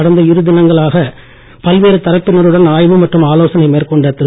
கடந்த இரு தினங்களாக பல்வேறு தரப்பினருடன் ஆய்வு மற்றும் ஆலோசனை மேற்கொண்ட திரு